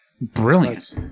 Brilliant